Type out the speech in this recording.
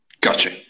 Gotcha